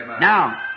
Now